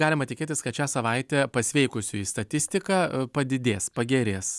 galima tikėtis kad šią savaitę pasveikusiųjų statistika padidės pagerės